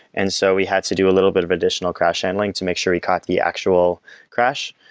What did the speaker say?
and so we had to do a little bit of additional crash end link to make sure we caught the actual crash.